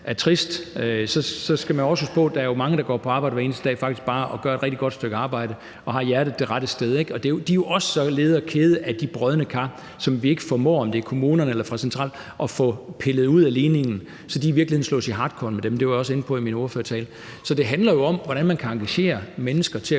er trist. Så skal man jo også huske på, at der er mange, der går på arbejde hver eneste dag og faktisk bare gør et rigtig godt stykke arbejde og har hjertet det rette sted. De er jo også så lede og kede af de brodne kar, som vi ikke formår at få pillet ud af ligningen – om det så er fra kommunernes side eller fra centralt hold – og at de i virkeligheden slås i hartkorn med de brodne kar. Det var jeg også inde på i min ordførertale. Så det handler jo om, hvordan man kan engagere mennesker til at